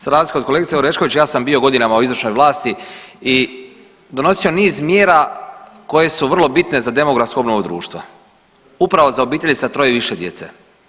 Za razliku od kolegice Orešković ja sam bio godinama u izvršnoj vlasti i donosio niz mjera koje su vrlo bitne za demografsku obnovu društva upravo za obitelji sa 3 i više djece.